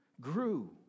grew